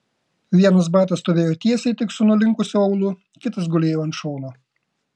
vienas batas stovėjo tiesiai tik su nulinkusiu aulu kitas gulėjo ant šono